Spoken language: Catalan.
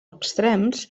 extrems